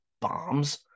bombs